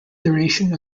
duration